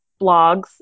blogs